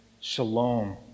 shalom